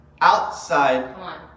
outside